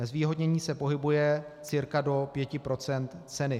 Zvýhodnění se pohybuje cca do 5 % ceny.